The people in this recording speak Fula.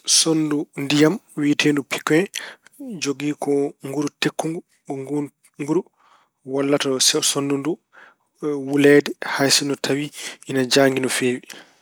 Sonndu ndiyam wiyeteendu pike jogii ko nguru tekkungu. Ko ngun nguru walla so- sonndu ndu wuleede hay sinno tawi ena jaangi no feewi.